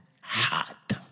hot